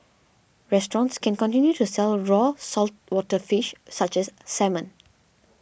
restaurants can continue to sell raw saltwater fish such as salmon